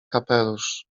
kapelusz